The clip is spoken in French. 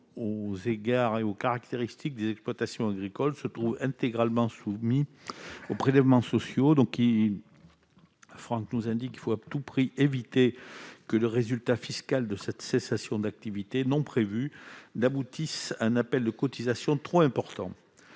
eu égard aux caractéristiques des exploitations agricoles, se trouve intégralement soumis aux prélèvements sociaux. Il faut à tout prix éviter que le résultat fiscal de cette cessation d'activité non prévue n'aboutisse à un appel de cotisation trop important.